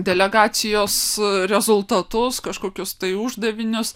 delegacijos rezultatus kažkokius tai uždavinius